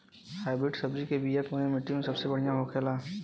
Hybrid सब्जी के बिया कवने मिट्टी में सबसे बढ़ियां होखे ला?